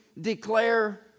declare